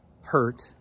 hurt